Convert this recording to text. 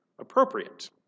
appropriate